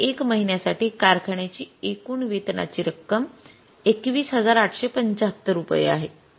तर १ महिन्यासाठी कारखान्याची एकूण वेतनाची रक्कम २१८७५ रुपये आहे